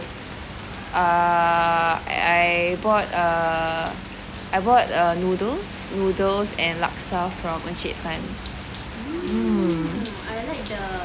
err I bought a I bought noodles noodles and laksa from Encik Tan